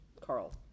Carl